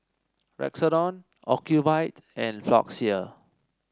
Redoxon Ocuvite and Floxia